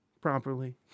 properly